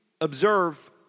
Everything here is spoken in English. observe